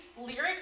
lyrics